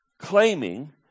claiming